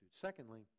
Secondly